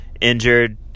injured